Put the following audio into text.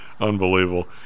Unbelievable